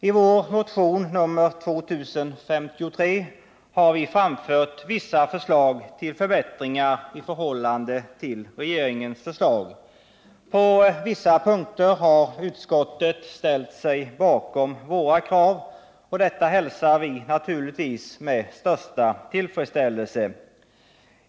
I vår motion nr 2053 har vi framfört vissa förslag till förbättringar i förhållande till regeringens förslag. På vissa punkter har utskottet ställt sig bakom våra krav, och detta hälsar vi naturligtvis med största tillfredsställelse.